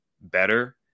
better